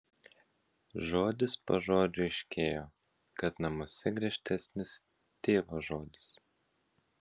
žodis po žodžio aiškėjo kad namuose griežtesnis tėvo žodis